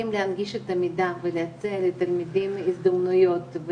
להנגיש את המידע ולהציע לתלמידים הזדמנויות,